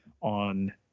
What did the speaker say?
on